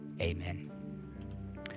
Amen